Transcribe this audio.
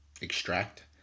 extract